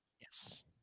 Yes